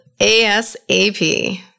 ASAP